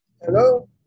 Hello